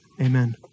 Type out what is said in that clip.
Amen